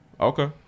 Okay